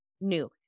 new